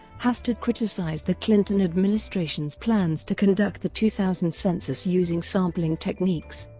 hastert criticized the clinton administration's plans to conduct the two thousand census using sampling techniques.